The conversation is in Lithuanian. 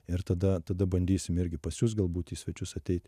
ir tada tada bandysim irgi pas jus galbūt į svečius ateit